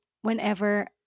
whenever